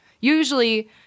usually